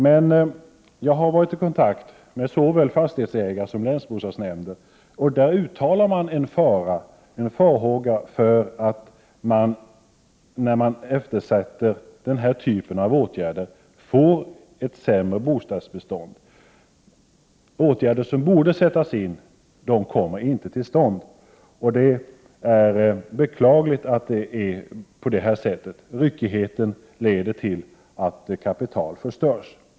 Men jag har varit i kontakt med såväl fastighetsägare som länsbostadsnämnder, och dessa uttalar farhågor för att ett eftersättande av denna typ av åtgärder leder till ett sämre bostadsbestånd. Åtgärder som borde vidtas kommer inte till stånd, vilket är beklagligt. Ryckigheten leder till att kapital förstörs.